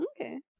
Okay